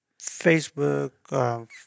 facebook